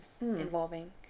involving